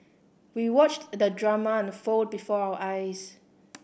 we watched the drama unfold before our eyes